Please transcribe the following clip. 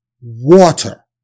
Water